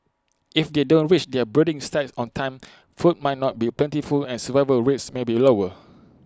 if they don't reach their breeding sites on time food might not be plentiful and survival rates may be lower